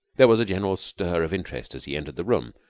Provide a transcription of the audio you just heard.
there was a general stir of interest as he entered the room,